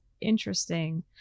interesting